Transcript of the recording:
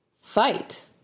fight